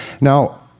Now